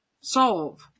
solve